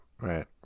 Right